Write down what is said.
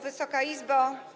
Wysoka Izbo!